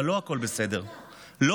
אבל לא הכול בסדר, חמאס מורתע.